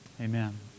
amen